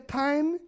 time